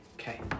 Okay